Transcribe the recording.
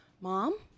Mom